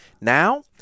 Now